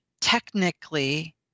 technically